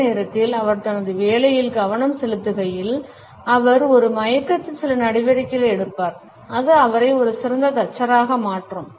அதே நேரத்தில் அவர் தனது வேலையில் கவனம் செலுத்துகையில் அவர் ஒரு மயக்கத்தில் சில நடவடிக்கைகளை எடுப்பார் அது அவரை ஒரு சிறந்த தச்சராக மாற்றும்